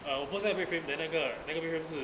uh 我 post 那个 bed frame then 那个儿那个 bed frame 是